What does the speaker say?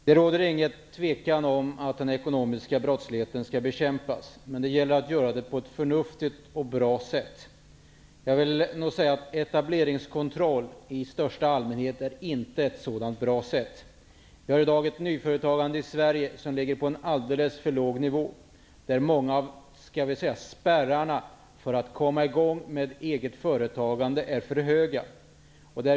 Herr talman! Det råder inget tvivel om att den ekonomiska brottsligheten skall bekämpas. Men det gäller att göra det på ett förnuftigt och bra sätt. Etableringskontroll i största allmänhet är inte ett sådant bra sätt. Vi har i dag ett nyföretagande i Sverige som ligger på en alldeles för låg nivå. Många av spärrarna för att komma i gång med egetföretagande är för höga.